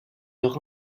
leur